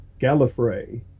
gallifrey